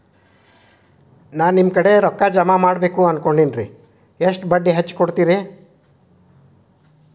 ನಾ ನಿಮ್ಮ ಕಡೆ ರೊಕ್ಕ ಜಮಾ ಮಾಡಬೇಕು ಅನ್ಕೊಂಡೆನ್ರಿ, ಎಷ್ಟು ಬಡ್ಡಿ ಹಚ್ಚಿಕೊಡುತ್ತೇರಿ?